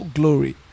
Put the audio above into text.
glory